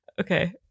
Okay